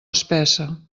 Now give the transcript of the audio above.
espessa